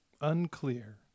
Unclear